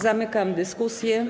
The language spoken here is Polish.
Zamykam dyskusję.